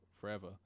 forever